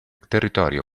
territorio